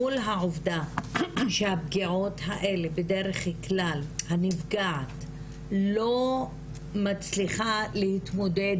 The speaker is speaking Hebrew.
מול העובדה שהפגיעות האלה בדרך כלל הנפגעת לא מצליחה להתמודד